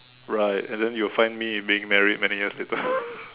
right and then you'll find me being married many years later